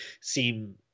seem